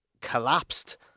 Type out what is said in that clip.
collapsed